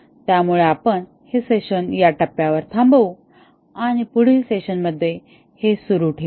त्यामुळे आपण हे सेशन या टप्प्यावर थांबवू आणि आपण पुढील सेशन मध्ये हे सुरू ठेवू